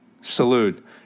Salute